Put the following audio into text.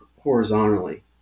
horizontally